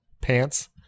pants